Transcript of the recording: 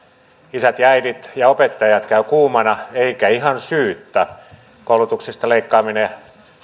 isät ja äidit ja opettajat käyvät kuumana eivätkä ihan syyttä koulutuksesta leikkaaminen